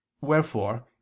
Wherefore